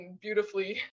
beautifully